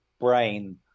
brain